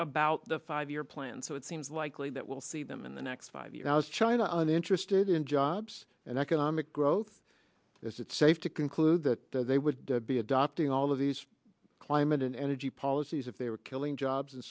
about the five year plan so it seems likely that we'll see them in the next five years i was china and interested in jobs and economic growth is it safe to conclude that they would be adopting all of these climate and energy policies if they were killing jobs and